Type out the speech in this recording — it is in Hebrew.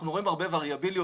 אנחנו רואים הרבה וריאביליות.